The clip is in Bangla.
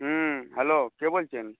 হুম হ্যালো কে বলছেন